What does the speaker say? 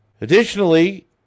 Additionally